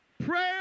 Prayer